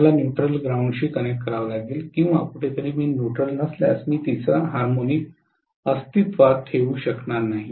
मला न्यूट्रल ग्राउंडशी कनेक्ट करावे लागेल किंवा कुठेतरी मी न्यूट्रल नसल्यास मी तिसरा हार्मोनिक अस्तित्वात ठेवू शकणार नाही